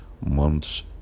months